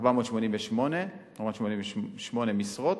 488 משרות.